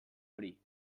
hori